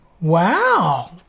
Wow